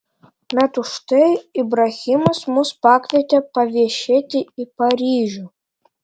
bet užtai ibrahimas mus pakvietė paviešėti į paryžių